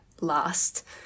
last